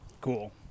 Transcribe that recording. Cool